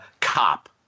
cop